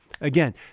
Again